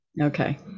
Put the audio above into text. Okay